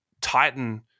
Titan